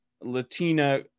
Latina